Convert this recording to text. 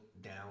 down